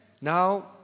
now